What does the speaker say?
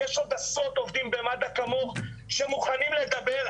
יש עוד עשרות עובדים במד"א כמוך שמוכנים לדבר,